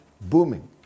booming